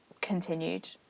continued